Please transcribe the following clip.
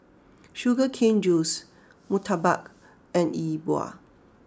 Sugar Cane Juice Murtabak and E Bua